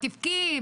'תבכי,